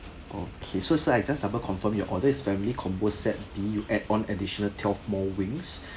okay so sir I just double confirm your order is family combo set B add on additional twelve more wings